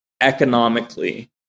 economically